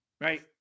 Right